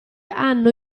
hanno